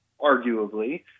arguably